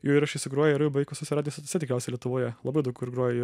jo įrašai sugroja ir jau beveik visose radijo stotyse tikriausiai lietuvoje labai daug kur groja jo